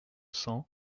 cents